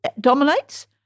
dominates